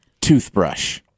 toothbrush